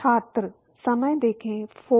Prandtl number